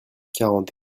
quarante